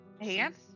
Hands